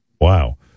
Wow